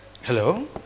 Hello